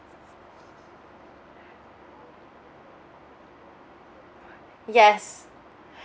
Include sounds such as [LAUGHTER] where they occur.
[BREATH] yes [BREATH]